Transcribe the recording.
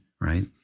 right